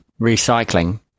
recycling